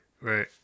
Right